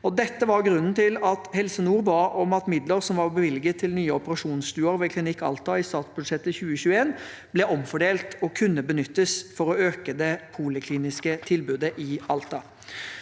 Dette var grunnen til at Helse nord ba om at midler som var bevilget til nye operasjonsstuer ved Klinikk Alta i statsbudsjettet 2021, ble omfordelt og kunne benyttes til å øke det polikliniske tilbudet i Alta.